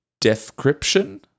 description